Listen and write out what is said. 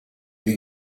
new